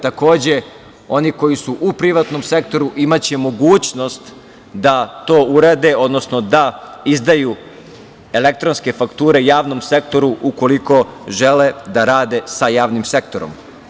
Takođe, oni koji su u privatnom sektoru imaće mogućnost da to urade, odnosno da izdaju elektronske fakture javnom sektoru, ukoliko žele da rade sa javnim sektorom.